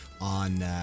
on